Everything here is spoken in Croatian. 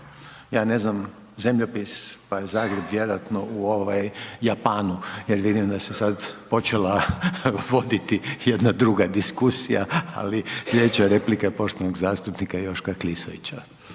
ja ne znam zemljopis, pa je Zagreb vjerovatno u Japanu jer vidim da se sad počela voditi jedna druga diskusija ali slijedeća replika je poštovanog zastupnika Joška Klisovića.